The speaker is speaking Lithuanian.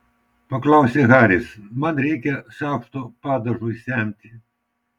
paklausė haris man reikia šaukšto padažui semti